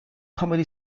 comedy